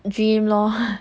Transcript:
dream lor